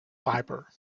fibre